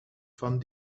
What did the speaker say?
van